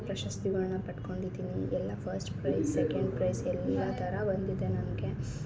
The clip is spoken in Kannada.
ಪ್ರಶಸ್ತಿಗಳನ್ನು ಪಟ್ಕೊಂಡಿದ್ದೀನಿ ಎಲ್ಲ ಫರ್ಸ್ಟ್ ಪ್ರೈಸ್ ಸೆಕೆಂಡ್ ಪ್ರೈಸ್ ಎಲ್ಲಾ ಥರ ಬಂದಿದೆ ನನಗೆ